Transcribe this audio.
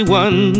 one